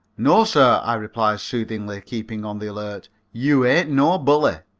no, sir, i replied soothingly, keeping on the alert, you ain't no bully.